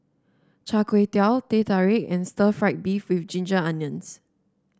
Char Kway Teow Teh Tarik and Stir Fried Beef with Ginger Onions